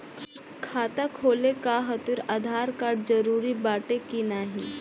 खाता खोले काहतिर आधार कार्ड जरूरी बाटे कि नाहीं?